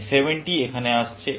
এই 70 এখানে আসছে